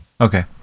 Okay